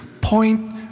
point